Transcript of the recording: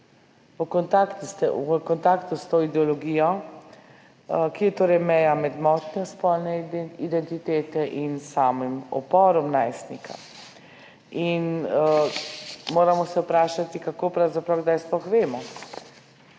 v kontaktu s to ideologijo, kje je torej meja med motnjo spolne identitete in samim uporom najstnika. Moramo se vprašati, kdaj sploh vemo,